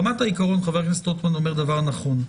ברמת העיקרון חבר הכנסת רוטמן אומר דבר נכון: